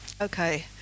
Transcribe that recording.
Okay